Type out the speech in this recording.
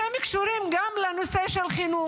הקשורים גם לנושא החינוך,